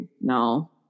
No